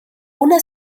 una